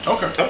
Okay